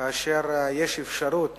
כאשר יש אפשרות